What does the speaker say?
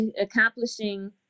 accomplishing